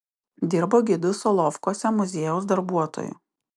dirbo gidu solovkuose muziejaus darbuotoju